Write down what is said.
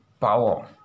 power